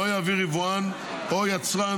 לא יעביר יבואן או יצרן